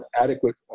adequate